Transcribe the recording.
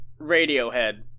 Radiohead